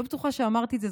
אני לא בטוחה שאמרתי את זה,